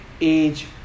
age